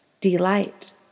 delight